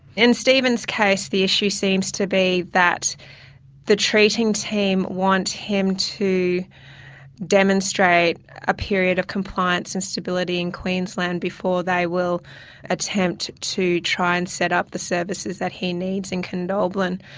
in steven's case the issue seems to be that the treating team want him to demonstrate a period of compliance and stability in queensland before they will attempt to try and set up the services that he needs in condobolin.